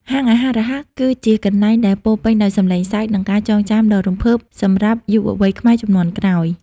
ហាងអាហាររហ័សគឺជាកន្លែងដែលពោរពេញដោយសំឡេងសើច និងការចងចាំដ៏រំភើបសម្រាប់យុវវ័យខ្មែរជំនាន់ក្រោយ។